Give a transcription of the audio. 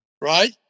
Right